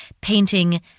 painting